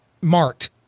marked